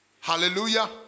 Hallelujah